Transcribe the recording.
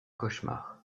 cauchemar